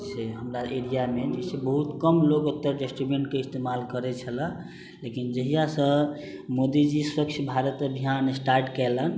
हमरा एरिया मे जे छै से बहुत कम लोग एतऽ डस्टबीन के इस्तेमाल करै छलऽ लेकिन जहियासँ मोदीजी स्वक्ष भारत अभियान स्टार्ट केलनि